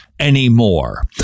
anymore